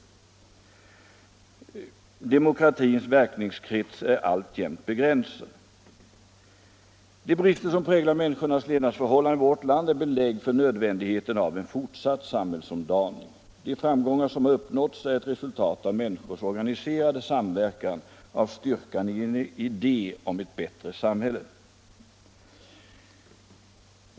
Demokratins verkningskrets är alltjämt begränsad. De brister som präglar människornas levnadsförhållanden i vårt land är belägg för nödvändigheten av en fortsatt samhällsomdaning. De framgångar som har uppnåtts är ett resultat av människors organiserade samverkan, av styrkan i en idé om ett bättre samhälle.